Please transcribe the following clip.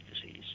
disease